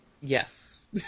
Yes